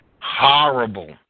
horrible